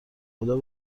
خدابه